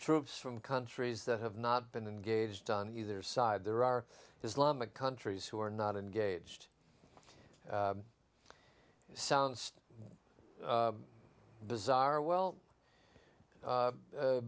troops from countries that have not been engaged on either side there are islamic countries who are not engaged sounds bizarre well